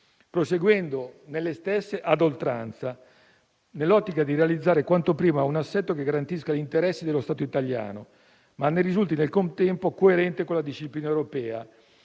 anche in queste ore, nell'ottica di realizzare quanto prima un assetto che garantisca gli interessi dello Stato italiano, ma risulti nel contempo coerente con la disciplina europea,